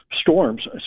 storms